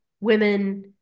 women